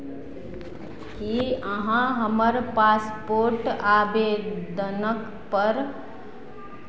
की अहाँ हमर पासपोर्ट आवेदनपर